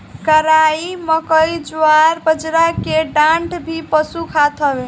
कराई, मकई, जवार, बजरा के डांठ भी पशु खात हवे